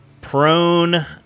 prone